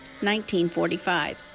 1945